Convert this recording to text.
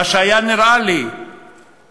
מה שהיה נראה לי כחובה,